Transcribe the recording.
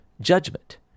judgment